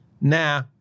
nah